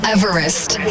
Everest